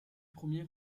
premiers